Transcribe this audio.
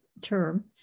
term